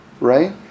right